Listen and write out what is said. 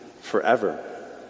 forever